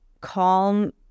calm